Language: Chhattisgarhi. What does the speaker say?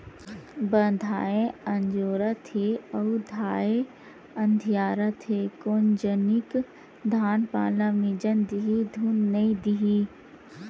बंधाए अजोरत हे अउ धाय अधियारत हे कोन जनिक धान पान ल मिजन दिही धुन नइ देही